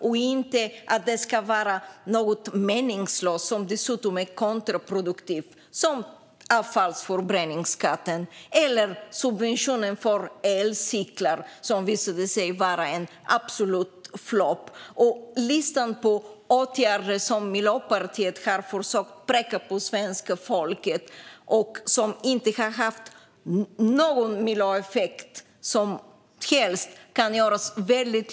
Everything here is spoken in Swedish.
Jag vill inte medverka till något meningslöst som dessutom är kontraproduktivt, till exempel avfallsförbränningsskatten eller subventionen till elcyklar, som visade sig vara en absolut flopp. Listan på åtgärder som Miljöpartiet har försökt pracka på svenska folket och som inte har haft någon som helst miljöeffekt kan göras lång.